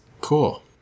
Cool